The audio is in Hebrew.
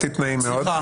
במליאה.